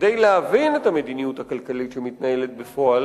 כדי להבין את המדיניות הכלכלית שמתנהלת בפועל